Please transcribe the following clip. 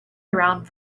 around